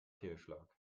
fehlschlag